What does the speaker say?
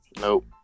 Nope